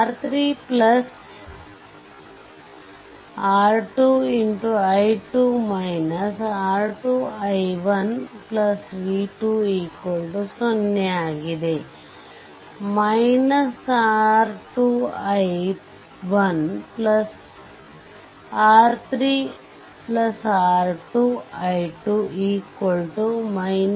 R3 R 2 i2 R 2i1v20 R 2i1 R3 R 2 i2 v2